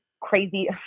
crazy